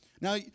Now